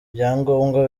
ibyangombwa